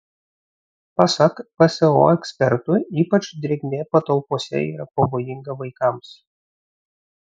pasak pso ekspertų ypač drėgmė patalpose yra pavojinga vaikams